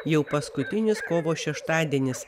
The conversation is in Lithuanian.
jau paskutinis kovo šeštadienis